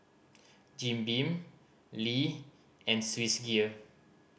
Jim Beam Lee and Swissgear